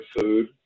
food